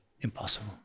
Impossible